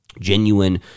genuine